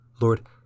Lord